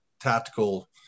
tactical